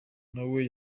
nawe